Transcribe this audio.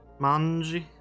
Manji